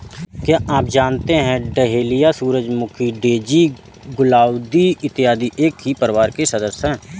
क्या आप जानते हैं कि डहेलिया, सूरजमुखी, डेजी, गुलदाउदी इत्यादि एक ही परिवार के सदस्य हैं